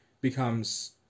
becomes